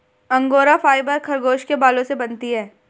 angora fibre खरगोश के बालों से बनती है